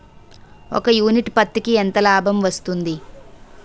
ఒక యూనిట్ పత్తికి ఎంత లాభం వస్తుంది?